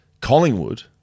Collingwood